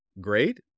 great